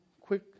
quick